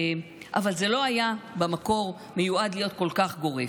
אבל במקור זה לא היה מיועד להיות כל כך גורף.